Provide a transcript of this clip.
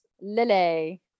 Lily